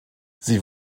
sie